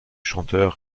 chanteur